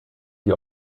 sie